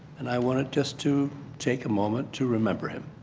and i wanted just to take a moment to remember him.